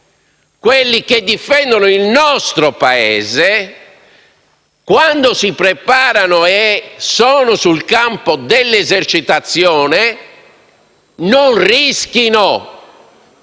quelli che difendono il nostro Paese, quando si preparano e sono sul campo di esercitazione non rischino